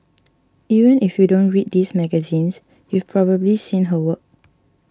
even if you don't read these magazines you've probably seen her work